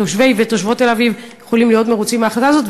תושבי ותושבות תל-אביב יכולים להיות מרוצים מההחלטה הזאת,